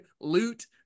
loot